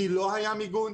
כי לא היה מיגון?